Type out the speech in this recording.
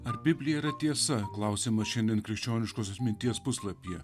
ar biblija yra tiesa klausimas šiandien krikščioniškosios minties puslapyje